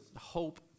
hope